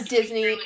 Disney